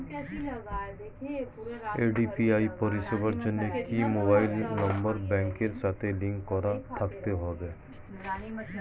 UPI পরিষেবার জন্য কি মোবাইল নাম্বার ব্যাংকের সাথে লিংক করা থাকতে হবে?